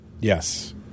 Yes